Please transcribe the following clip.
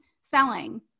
selling